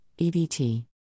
EVT